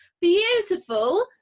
beautiful